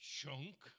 Chunk